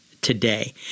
today